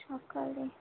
সকালে